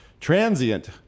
transient